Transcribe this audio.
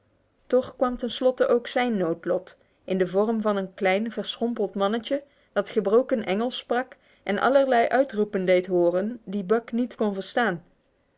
toch kwam ten slotte ook zijn noodlot in de vorm van een klein verschrompeld mannetje dat gebroken engels sprak en allerlei uitroepen deed horen die buck niet kon verstaan